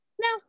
no